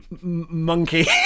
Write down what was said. monkey